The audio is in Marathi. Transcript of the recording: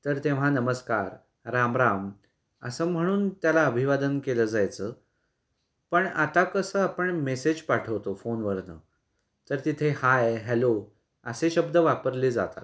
तर तेव्हा नमस्कार राम राम असं म्हणून त्याला अभिवादन केलं जायचं पण आता कसं आपण मेसेज पाठवतो फोनवरून तर तिथे हाय हॅलो असे शब्द वापरले जातात